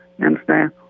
understand